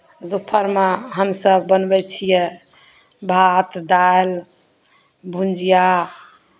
दुपहरमे हमसभ बनबै छियै भात दालि भुजिया